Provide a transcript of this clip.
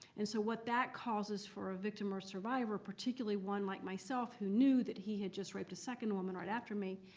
and so what that causes for a victim or survivor particularly one like myself who knew that he had just raped a second woman right after me,